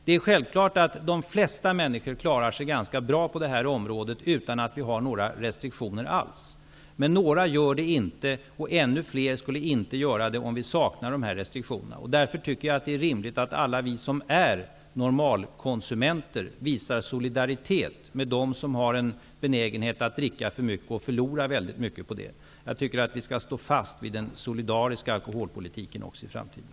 Det är självklart att de flesta människor klarar sig ganska bra utan några restriktioner alls på alkoholområdet, men några gör det inte och ännu fler skulle inte göra det om vi saknade restriktioner. Därför tycker jag att det är rimligt att alla vi som är normalkonsumenter visar solidaritet med dem som har en benägenhet att dricka för mycket och förlora väldigt mycket på det. Jag tycker att vi skall stå fast vid den solidariska alkoholpolitiken också i framtiden.